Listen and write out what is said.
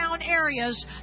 areas